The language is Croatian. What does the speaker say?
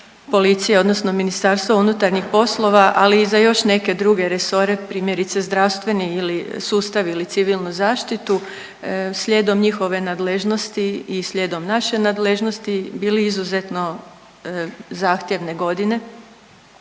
policije, odnosno Ministarstva unutarnjih poslova, ali i za još neke druge resore, primjerice zdravstveni sustav ili civilnu zaštitu slijedom njihove nadležnosti i slijedom naše nadležnosti bili izuzetno zahtjevne godine.